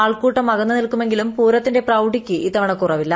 ആൾക്കൂട്ടം അകന്ന് നിൽക്കുമെങ്കിലും പൂരത്തിന്റെ പ്രൌഢിക്ക് കുറവില്ല